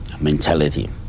mentality